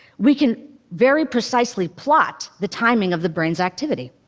we can very precisely plot the timing of the brain's activity.